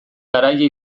garaile